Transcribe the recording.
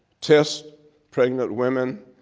test pregnant women,